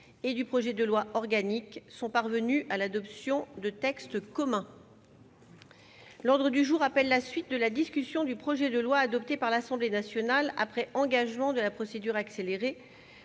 13 de la Constitution sont parvenues à l'adoption de textes communs. L'ordre du jour appelle la suite de la discussion du projet de loi, adopté par l'Assemblée nationale après engagement de la procédure accélérée,